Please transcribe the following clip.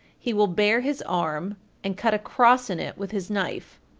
he will bare his arm and cut a cross in it with his knife,